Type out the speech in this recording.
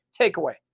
takeaway